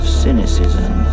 cynicism